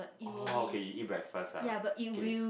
oh okay you eat breakfast ah okay